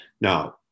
Now